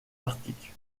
arctique